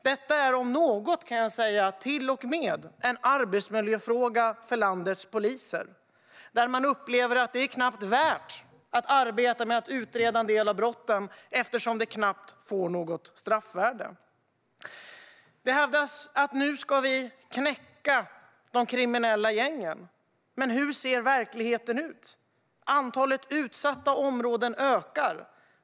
Detta är till och med en arbetsmiljöfråga för landets poliser, som upplever att det knappt är värt att arbeta med att utreda vissa av brotten, eftersom de knappt får något straffvärde. Det hävdas att vi nu ska knäcka de kriminella gängen, men hur ser verkligheten ut? Antalet utsatta områden ökar.